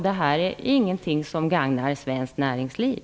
Detta är ingenting som gagnar svenskt näringsliv.